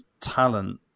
talent